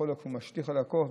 זה חולי שמשליך על הכול,